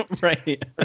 Right